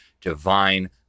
divine